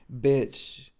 Bitch